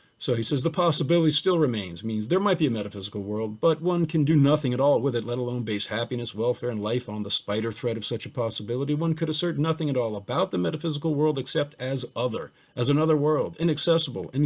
so he says the possibility still remains, means there might be a metaphysical world, but one can do nothing at all with it, let alone base happiness, welfare, and life on the spider thread of such a possibility, one could assert nothing at all about the metaphysical world except as other, as another world, inaccessible, and